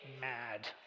mad